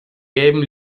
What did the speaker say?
gelben